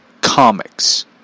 comics